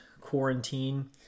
quarantine